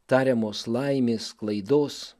tariamos laimės sklaidos